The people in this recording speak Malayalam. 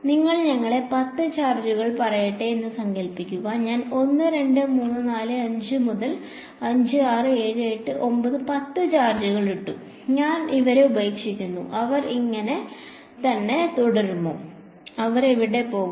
നിങ്ങൾ ഞങ്ങളെ 10 ചാർജുകൾ പറയട്ടെ എന്ന് സങ്കൽപ്പിക്കുക ഞാൻ 1 2 3 4 5 6 7 8 9 10 ചാർജുകൾ ഇട്ടു ഞാൻ അവരെ ഉപേക്ഷിക്കുന്നു അവർ അങ്ങനെ തന്നെ തുടരുമോ അവർ എവിടെ പോകും